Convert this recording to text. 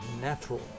natural